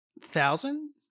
thousand